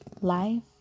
Life